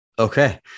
Okay